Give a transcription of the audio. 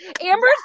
Amber